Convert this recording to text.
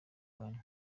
rwanyu